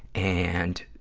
and,